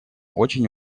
очень